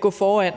gå foran.